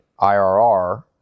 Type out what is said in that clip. IRR